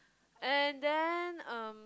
and then um